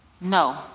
no